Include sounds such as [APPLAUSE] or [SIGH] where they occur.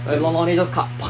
like long then just cut [NOISE]